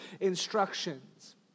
instructions